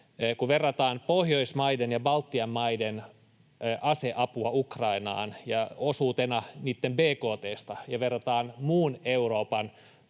kun verrataan Pohjoismaiden ja Baltian maiden aseapua Ukrainaan osuutena niitten bkt:sta muun Euroopan